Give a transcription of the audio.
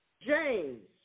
James